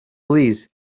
please